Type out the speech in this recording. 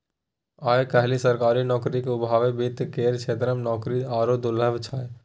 आय काल्हि सरकारी नौकरीक अभावमे वित्त केर क्षेत्रमे नौकरी आरो दुर्लभ छै